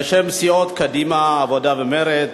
בשם סיעות קדימה, העבודה ומרצ: